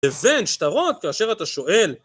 לבין שטרות, כאשר אתה שואל